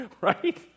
Right